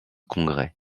congrès